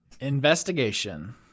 Investigation